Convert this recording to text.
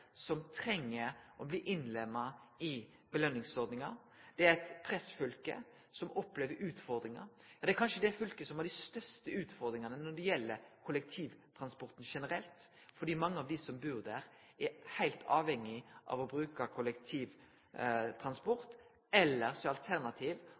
som treng å bli innlemma i belønningsordninga. Det er eit pressfylke som opplever utfordringar. Det er kanskje det fylket som har dei største utfordringane når det gjeld kollektivtransporten generelt, fordi mange av dei som bur der, er heilt avhengige av å